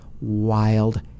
wild